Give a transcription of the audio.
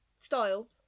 style